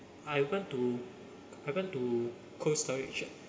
I went to I went to Cold Storage